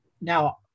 Now